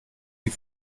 die